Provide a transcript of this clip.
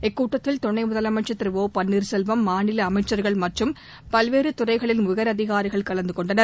இக்கூட்டத்தில் துணை முதலமைச்சர் திரு ஒ பன்னீர்செல்வம் மாநில அமைச்சர்கள் மற்றும் பல்வேறு துறைகளின் உயரதிகாரிகள் கலந்து கொண்டனர்